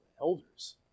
elders